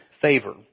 favor